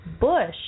Bush